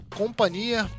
companhia